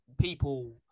people